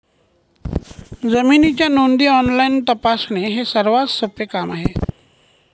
जमिनीच्या नोंदी ऑनलाईन तपासणे हे सर्वात सोपे काम आहे